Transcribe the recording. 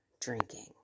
drinking